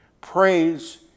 Praise